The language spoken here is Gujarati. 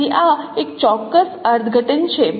તેથી આ એક ચોક્કસ અર્થઘટન છે